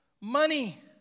money